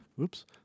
Oops